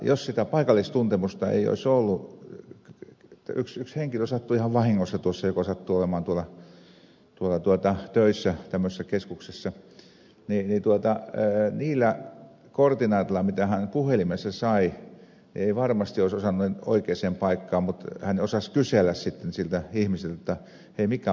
jos sitä paikallistuntemusta ei olisi ollut sillä henkilöllä joka sattui olemaan töissä tämmöisessä keskuksessa niin niillä koordinaateilla mitä hän puhelimessa sai eivät varmasti olisi osanneet oikeaan paikkaan mutta hän osasi kysellä sitten siltä ihmiseltä jotta hei mikä paikka se on